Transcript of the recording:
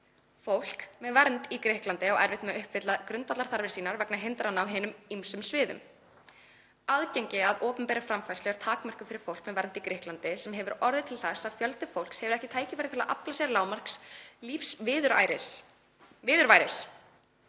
Fólk með vernd í Grikklandi á erfitt með að uppfylla grundvallarþarfir sínar vegna hindrana á hinum ýmsu sviðum. Aðgengi að opinberri framfærslu er takmarkað fyrir fólk með vernd í Grikklandi sem hefur orðið til þess að fjöldi fólks hefur ekki tækifæri til að afla sér lágmarkslífsviðurværis.